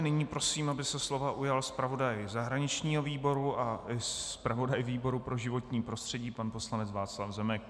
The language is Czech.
Nyní prosím, aby se slova ujal zpravodaj zahraničního výboru a zpravodaj výboru pro životní prostředí pan poslanec Václav Zemek.